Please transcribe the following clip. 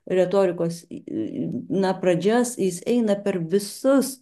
retorikos na pradžias jis eina per visus